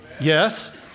Yes